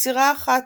ביצירה אחת.